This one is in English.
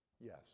Yes